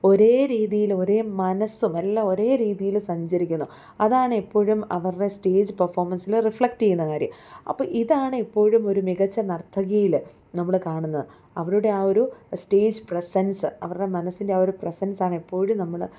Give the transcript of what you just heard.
ഒരേ രീതിയിൽ ഒരേ മനസ്സും എല്ലാം ഒരേ രീതിയില് സഞ്ചരിക്കണം അതാണെപ്പോഴും അവരുടെ സ്റ്റേജ് പെർഫോമൻസില് റിഫ്ലക്ട് ചെയ്യുന്ന കാര്യം അപ്പോള് ഇതാണെപ്പോഴും ഒരു മികച്ച നർത്തകിയില് നമ്മള് കാണുന്നത് അവരുടെ ആ ഒരു സ്റ്റേജ് പ്രെസെൻസ് അവരുടെ മനസ്സിൻ്റെ ആ ഒരു പ്രെസെൻസാണെപ്പോഴും നമ്മള്